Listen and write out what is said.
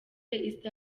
east